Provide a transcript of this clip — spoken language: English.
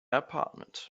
apartment